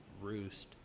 roost